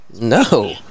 No